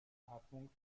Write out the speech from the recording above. atmung